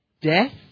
death